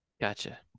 Gotcha